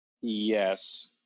Yes